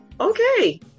Okay